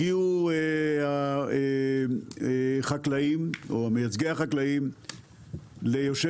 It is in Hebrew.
הגיעו חקלאים או מייצגי החקלאים ליושב-ראש